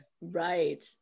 Right